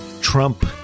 Trump